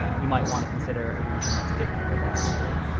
you might want to consider a region that's a bit more variable.